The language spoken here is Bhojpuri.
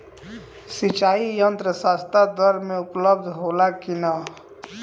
सिंचाई यंत्र सस्ता दर में उपलब्ध होला कि न?